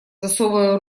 засовывая